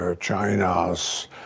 China's